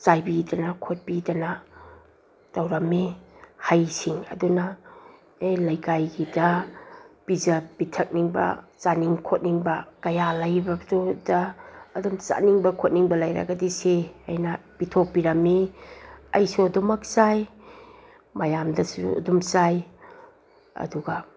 ꯆꯥꯏꯕꯤꯗꯅ ꯈꯣꯠꯄꯤꯗꯅ ꯇꯧꯔꯝꯃꯤ ꯍꯩꯁꯤꯡ ꯑꯗꯨꯅ ꯑꯩ ꯂꯩꯀꯥꯏꯒꯤꯗ ꯄꯤꯖ ꯄꯤꯊꯛꯅꯤꯡꯕ ꯆꯥꯅꯤꯡ ꯈꯣꯠꯅꯤꯡꯕ ꯀꯌꯥ ꯂꯩꯕꯗꯨꯗ ꯑꯗꯨꯝ ꯆꯥꯅꯤꯡꯕ ꯈꯣꯠꯅꯤꯡꯕ ꯂꯩꯔꯒꯗꯤ ꯁꯤ ꯑꯩꯅ ꯄꯤꯊꯣꯛꯄꯤꯔꯝꯃꯤ ꯑꯁꯨ ꯑꯗꯨꯃꯛ ꯆꯥꯏ ꯃꯌꯥꯝꯗꯨꯁꯨ ꯑꯗꯨꯝ ꯆꯥꯏ ꯑꯗꯨꯒ